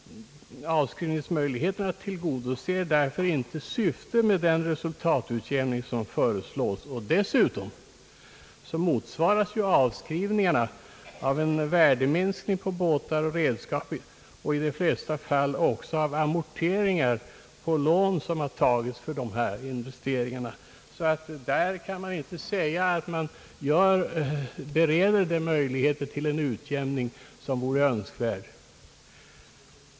Avskrivningsmöjligheterna tillgodoser därför inte syftet med den resultatutjämning som föreslås, och dessutom motsvaras avskrivningarna av en värdeminskning på båtar och redskap och i de flesta fall också av amorteringar på lån som har tagits för dessa investeringar. Därför kan man inte säga att det finns sådana möjligheter till en utjämning som vore önskvärda.